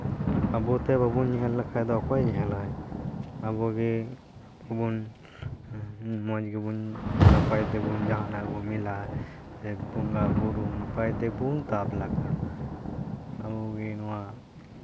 ᱟᱵᱚ ᱛᱮ ᱵᱟᱵᱚᱱ ᱧᱮᱞ ᱞᱮᱠᱷᱟᱱ ᱚᱠᱚᱭ ᱧᱮᱞᱟ ᱟᱵᱚ ᱜᱮ ᱟᱵᱚ ᱵᱚᱱ ᱢᱚᱡᱽ ᱜᱮᱵᱟᱱ ᱱᱟᱯᱟᱭ ᱛᱚᱵᱚᱱ ᱡᱟᱦᱟᱱᱟᱜ ᱜᱮᱵᱚᱱ ᱢᱮᱞᱟᱭ ᱵᱚᱸᱜᱟ ᱵᱩᱨᱩ ᱱᱟᱯᱟᱭ ᱛᱮᱵᱚᱱ ᱛᱟᱵ ᱞᱟᱜᱟᱭ ᱟᱵᱚ ᱜᱮ ᱱᱚᱣᱟ